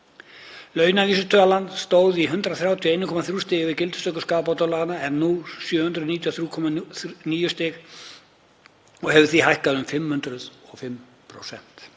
Launavísitalan stóð í 131,3 stigum við gildistöku skaðabótalaga en er nú 793,9 stig og hefur því hækkað um 505%,